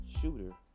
shooter